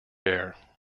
air